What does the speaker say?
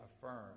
affirm